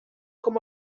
com